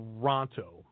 Toronto